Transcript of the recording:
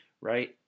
right